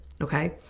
Okay